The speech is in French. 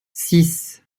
six